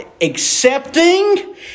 accepting